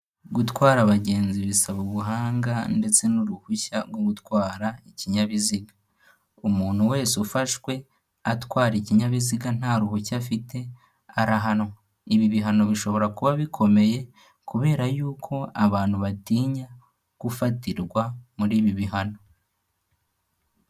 Gutwara abagenzi bisaba ubuhanga ndetse n'uruhushya rwo gutwara ikinyabiziga, umuntu wese ufashwe atwara ikinyabiziga nta ruhushya afite arahanwa, ibi bihano bishobora kuba bikomeye kubera y'uko abantu batinya gufatirwa muri ibi bihano.